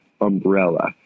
umbrella